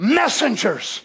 messengers